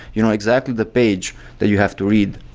you know exactly the page that you have to read.